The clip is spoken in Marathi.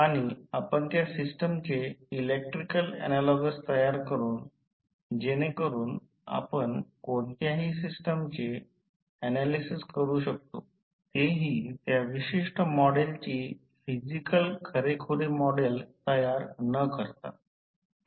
आणि आपण त्या सिस्टमचे इलेक्ट्रिकल ऍनालॉगस तयार करू जेणेकरुन आपण कोणत्याही सिस्टमचे ऍनालिसिस करू शकतो तेही त्या विशिष्ट मॉडेलची फिजिकल खरे खुरे मॉडेल तयार न करता